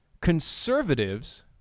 conservatives